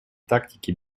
тактики